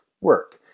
work